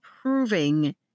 proving